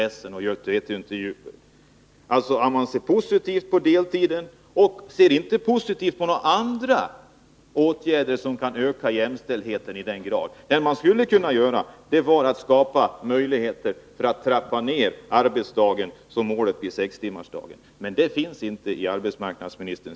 Tisdagen den Arbetsmarknadsministern säger alltså i intervjun att han ser positivt på 27 april 1982 deltiden men inte att han ser positivt på några andra åtgärder, som skulle kunna öka jämställdheten. Vad man skulle kunna göra är att skapa möjligheter för att trappa ned arbetsdagen till målet sex timmars arbetsdag. Men några sådana möjligheter nämns inte i intervjun med arbetsmarknadsministern.